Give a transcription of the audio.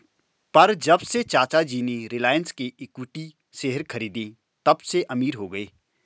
पर जब से चाचा जी ने रिलायंस के इक्विटी शेयर खरीदें तबसे अमीर हो गए